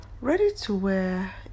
Ready-to-wear